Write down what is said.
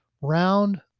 round